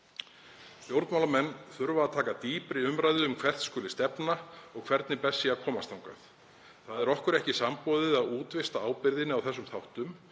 Stjórnmálamenn þurfa að taka dýpri umræðu um hvert skuli stefna og hvernig best sé að komast þangað. Það er okkur ekki samboðið að útvista ábyrgðinni á þessum þáttum